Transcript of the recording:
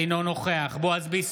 אינו נוכח בועז ביסמוט,